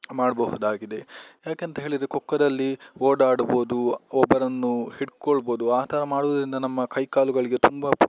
ಮಾಡಬಹುದಾಗಿದೆ ಯಾಕೆ ಅಂತಹೇಳಿದ್ರೆ ಕೊಕ್ಕೊದಲ್ಲಿ ಓಡಾಡ್ಬೋದು ಒಬ್ಬರನ್ನು ಹಿಡಕೊಳ್ಬೋದು ಆ ಥರ ಮಾಡುವುದರಿಂದ ನಮ್ಮ ಕೈ ಕಾಲುಗಳಿಗೆ ತುಂಬಾ